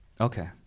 Okay